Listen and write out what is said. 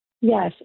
Yes